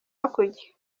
hakurya